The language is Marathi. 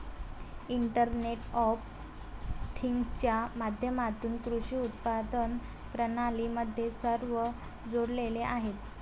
इंटरनेट ऑफ थिंग्जच्या माध्यमातून कृषी उत्पादन प्रणाली मध्ये सर्व जोडलेले आहेत